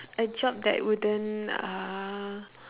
a job that wouldn't uh